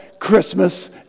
Christmas